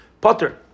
potter